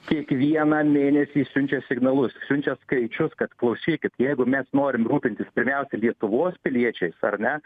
kiekvieną mėnesį siunčia signalus siunčia skaičius kad klausykit jeigu mes norim rūpintis pirmiausia lietuvos piliečiais ar ne